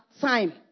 time